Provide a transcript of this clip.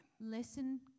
listen